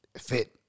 fit